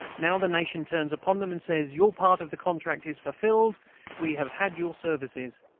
now the nation turns upon them and says your part of the contract is fulfilled we have had your services.